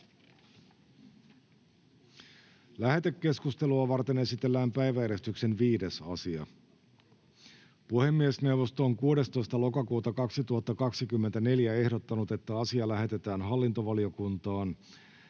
Lähetekeskustelua varten esitellään päiväjärjestyksen 6. asia. Puhemiesneuvosto on 16.10.2024 ehdottanut, että asia lähetetään talousvaliokuntaan,